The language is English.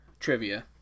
trivia